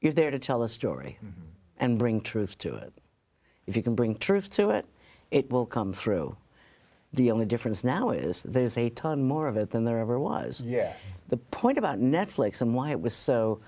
you're there to tell a story and bring truth to it if you can bring truth to it it will come through the only difference now is that there's a ton more of it than there ever was yeah the point about netflix and why it was so